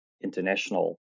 international